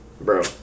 Bro